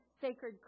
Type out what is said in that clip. sacred